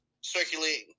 circulating